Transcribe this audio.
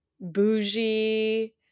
bougie